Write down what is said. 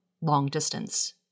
long-distance